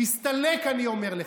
הסתלק, אני אומר לך.